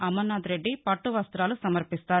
అమర్నాథ్ రెడ్డి పట్టవస్తాలు సమర్పిస్తారు